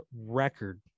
record